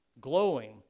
glowing